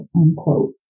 unquote